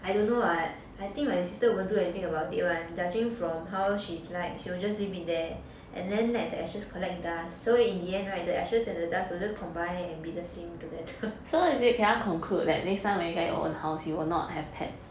I don't know what I think my sister won't do anything about it [one] judging from how she's like she will just leave it there and then let the ashes collect dust so in the end [right] the ashes and the dust will just combine and be the same together